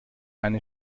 eine